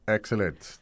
Excellent